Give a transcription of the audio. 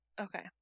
Okay